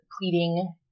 pleading